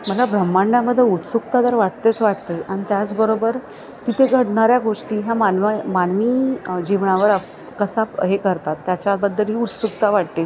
मला ब्रह्मांडामध्ये उत्सुकता तर वाटतेच वाटते आणि त्याचबरोबर तिथे घडणाऱ्या गोष्टी ह्या मानवाय मानवी जीवनावर आप् कसा प हे करतात त्याच्याबद्दलही उत्सुकता वाटते